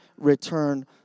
return